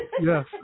Yes